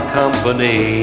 company